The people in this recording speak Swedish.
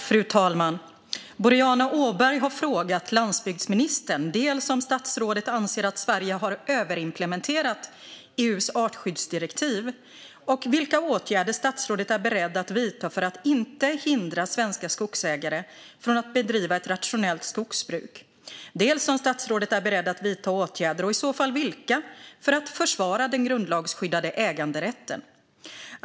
Fru talman! Boriana Åberg har frågat landsbygdsministern dels om statsrådet anser att Sverige har överimplementerat EU:s artskyddsdirektiv och vilka åtgärder statsrådet är beredd att vidta för att inte hindra svenska skogsägare från att bedriva rationellt skogsbruk, dels om statsrådet är beredd att vidta åtgärder, och i så fall vilka, för att försvara den grundlagsskyddade äganderätten.